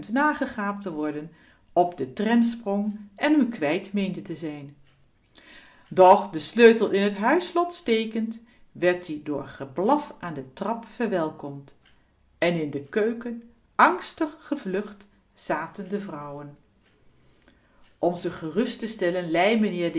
nagegaapt te worden op de tram sprong en m kwijt meende te zijn doch den sleutel in t huisslot stekend werd ie door geblaf aan de trap verwelkomd en in de keuken angstig gevlucht zaten de vrouwen om ze gerust te stellen lei